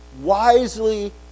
wisely